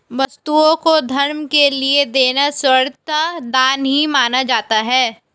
वस्तुओं को धर्म के लिये देना सर्वथा दान ही माना जाता है